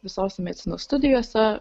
visose medicinos studijose